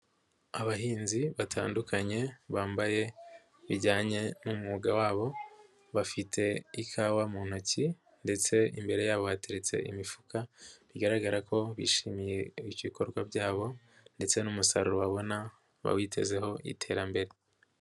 Abahinzi batandukanye bambaye bijyanye n'umwuga wabo, bafite ikawa mu ntoki ndetse imbere yabo hateretse imifuka, bigaragara ko bishimiye ibikorwa byabo ndetse n'umusaruro babona bawitezeho iterambere.